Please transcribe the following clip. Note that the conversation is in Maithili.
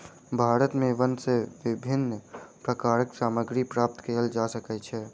भारत में वन सॅ विभिन्न प्रकारक सामग्री प्राप्त कयल जा सकै छै